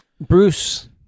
Bruce